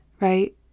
right